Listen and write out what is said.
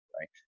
right